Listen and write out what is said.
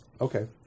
Okay